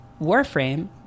Warframe